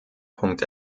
punkt